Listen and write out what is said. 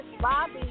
Bobby